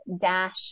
dash